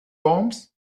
worms